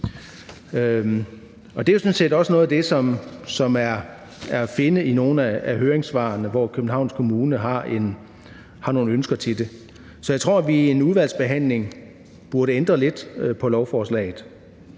set også noget af det, som er at finde i nogle af høringssvarene, hvor Københavns Kommune har nogle ønsker til det. Så jeg synes, at vi i udvalgsbehandlingen burde ændre lidt på lovforslaget.